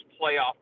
playoff